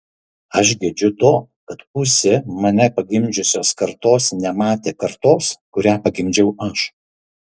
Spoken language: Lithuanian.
aš gedžiu to kad pusė mane pagimdžiusios kartos nematė kartos kurią pagimdžiau aš